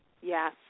Yes